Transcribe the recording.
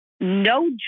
no